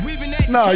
Nah